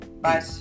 Bye